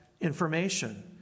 information